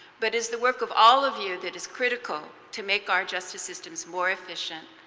but as the work of all of you that is critical to make our justice systems more efficient,